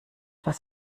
was